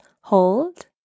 Hold